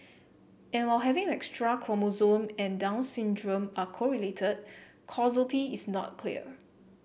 and while having an extra chromosome and Down syndrome are correlated causality is not clear